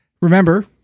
remember